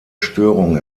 störung